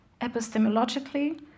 epistemologically